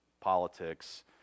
politics